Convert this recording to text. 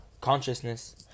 consciousness